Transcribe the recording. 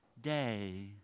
day